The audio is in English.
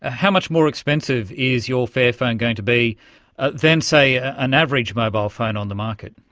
ah how much more expensive is your fairphone going to be than, say, ah an average mobile phone on the market?